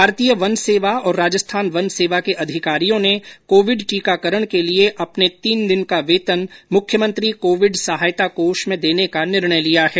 भारतीय वन सेवा और राजस्थान वन सेवा के अधिकारियों ने कोविड टीकाकरण के लिए अपने तीन दिन का वेतन मुख्यमंत्री कोविड सहायता कोष में देने का निर्णय लिया है